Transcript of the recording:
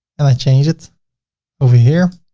and i change it over here.